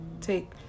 take